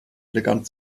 elegant